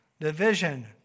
Division